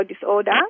disorder